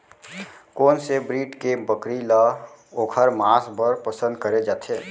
कोन से ब्रीड के बकरी ला ओखर माँस बर पसंद करे जाथे?